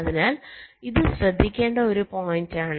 അതിനാൽ ഇത് ശ്രദ്ധിക്കേണ്ട ഒരു പോയിന്റാണ്